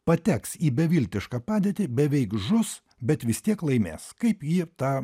pateks į beviltišką padėtį beveik žus bet vis tiek laimės kaip ji ta